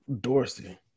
Dorsey